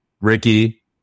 Ricky